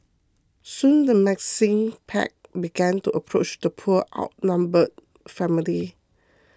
soon the menacing pack began to approach the poor outnumbered family